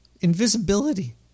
Invisibility